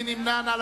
מי נמנע?